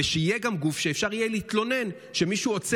ושיהיה גם גוף שאפשר יהיה להתלונן דרכו,